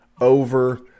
over